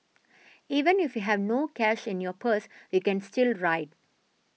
even if you have no cash in your purse you can still ride